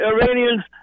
Iranians